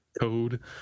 code